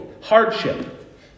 hardship